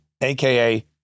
AKA